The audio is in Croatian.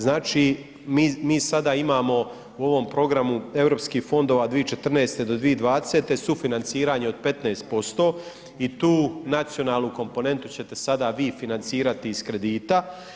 Znači mi sada imamo u ovom programu europskih fondova 2014. do 2020. sufinanciranje od 15% i tu nacionalnu komponentu ćete sada vi financirati iz kredita.